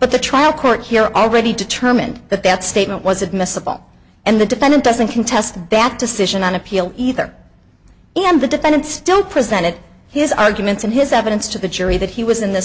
but the trial court here already determined that that statement was admissible and the defendant doesn't contest that decision on appeal either and the defendant still presented his arguments and his evidence to the jury that he was in this